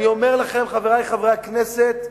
אני אומר לכם, חברי חברי הכנסת,